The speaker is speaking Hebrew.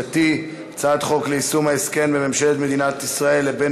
הצעת חוק ליישום ההסכם בין ממשלת מדינת ישראל לבין